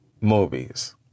movies